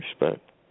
Respect